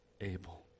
able